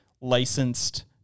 licensed